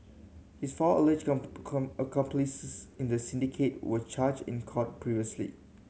his four alleged come come accomplices in the syndicate were charged in court previously